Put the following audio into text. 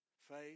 Faith